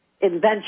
invention